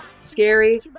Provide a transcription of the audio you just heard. scary